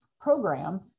program